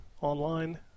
online